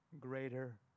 greater